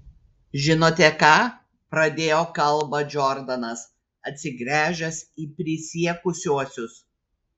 žinote ką pradėjo kalbą džordanas atsigręžęs į prisiekusiuosius